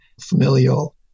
familial